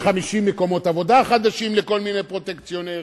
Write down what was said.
250 מקומות עבודה חדשים לכל מיני פרוטקציונרים.